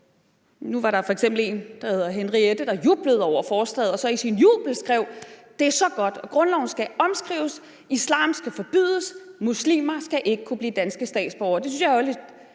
Nu var der f.eks. en, der hedder Henriette, som jublede over forslaget og så i sin jubel skrev: Det er så godt. Grundloven skal omskrives. Islam skal forbydes. Muslimer skal ikke kunne blive danske statsborgere. Det synes jeg jo er lidt